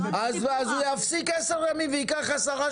אז הוא יפסיק עשרה ימים וייקח עשרה